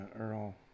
Earl